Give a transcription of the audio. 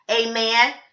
amen